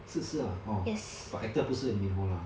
是是 lah orh but actor 不是 lee min ho ah